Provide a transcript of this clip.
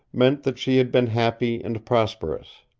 meant that she had been happy and prosperous.